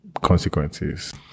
consequences